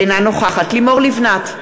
אינה נוכחת לימור לבנת,